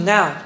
Now